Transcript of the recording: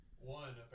One